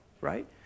right